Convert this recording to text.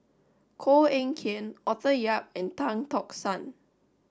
Koh Eng Kian Arthur Yap and Tan Tock San